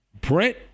Brent